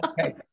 Okay